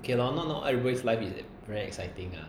okay lor not not everybody's life is very exciting ah